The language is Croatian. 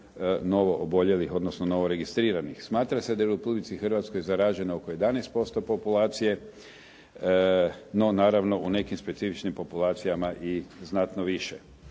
novooboljelih odnosno novoregistriranih. Smatra se da je u Republici Hrvatskoj zaraženo oko 11% populacije, no naravno u nekim specifičnim populacijama i znatno više.